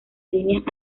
líneas